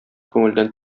күңелдән